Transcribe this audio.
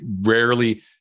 rarely